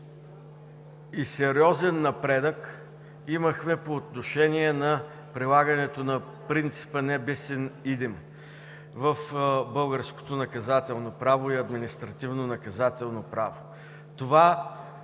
Сериозен напредък имахме по отношение на прилагането на принципа „Не без един“ в българското наказателно и административнонаказателно право. Тази